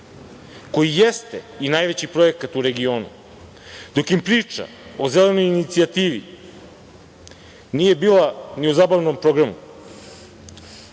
koji i jeste najveći projekat u region. Dok im priča o zelenoj inicijativi nije bila ni u zabavnom programu,